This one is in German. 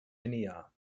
linear